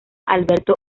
alberto